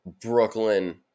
Brooklyn